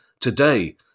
today